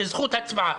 בזכות הצבעה,